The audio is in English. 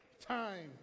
Time